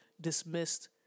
dismissed